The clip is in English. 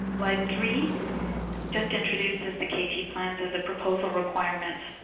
slide three just introduces the kt plan so as a proposal requirement.